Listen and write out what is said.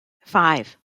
five